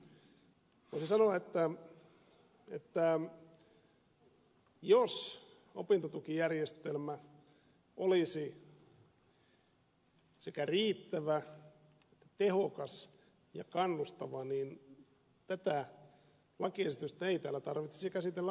voisi sanoa että jos opintotukijärjestelmä olisi sekä riittävä tehokas että kannustava niin tätä lakiesitystä ei täällä tarvitsisi käsitellä ollenkaan